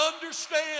Understand